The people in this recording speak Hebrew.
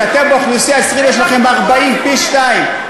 כשאתם באוכלוסייה 20%. יש לכם 40%, פי-שניים.